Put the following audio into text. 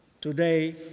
Today